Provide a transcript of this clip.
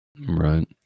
Right